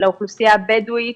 לאוכלוסייה הבדואית,